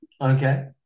Okay